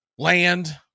Land